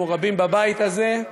כמו רבים בבית הזה,